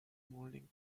morning